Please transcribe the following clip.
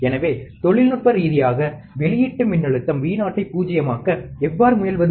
எனவேதொழில்நுட்ப ரீதியாக வெளியீட்டு மின்னழுத்தம் Vo ஐ பூஜ்யமாக்க எவ்வாறு முயல்வது